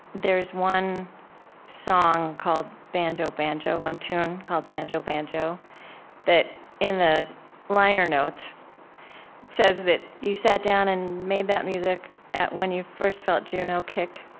there's one song called banjo, banjo one tune called banjo, banjo that in the liner notes says that you sat down and made that music when you first felt juno kick.